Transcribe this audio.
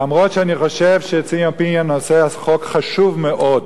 אף-על-פי שאני חושב שציון פיניאן עושה חוק חשוב מאוד,